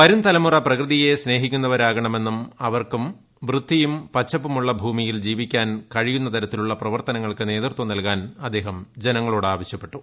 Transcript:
വരും തലമുറ പ്രകൃതിയെ സ്നേഹിക്കുന്നവരാകണമെന്നും അവർക്കും വൃത്തിയും പച്ചപ്പുമുള്ള ഭൂമിയിൽ ജീവിക്കാനും കഴിയുന്നതരത്തിലുള്ള പ്രവർത്തനങ്ങൾക്ക് നേതൃത്വം നൽകാൻ അദ്ദേഹം ജനങ്ങളോടാവശൃപ്പെട്ടു